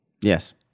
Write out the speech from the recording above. Yes